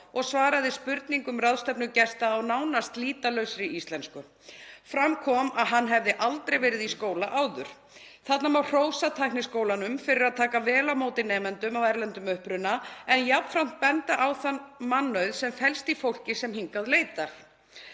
og svaraði spurningum ráðstefnugesta á nánast lýtalausri íslensku. Fram kom að hann hefði aldrei verið í skóla áður. Þarna má hrósa Tækniskólanum fyrir að taka vel á móti nemendum af erlendum uppruna en jafnframt benda á þann mannauð sem felst í fólki sem hingað leitar.